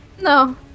No